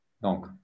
donc